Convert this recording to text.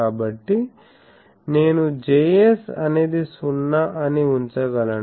కాబట్టి నేను Js అనేది 0 అని ఉంచగలను